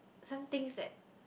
some things that